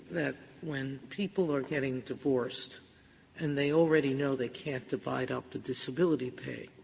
that when people are getting divorced and they already know they can't divide up the disability pay,